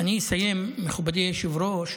אני אסיים, מכובדי היושב-ראש,